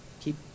keep